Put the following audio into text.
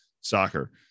soccer